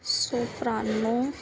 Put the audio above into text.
soprano